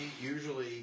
usually